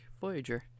voyager